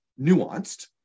nuanced